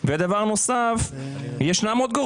לגבי המים המושבים, עוד יותר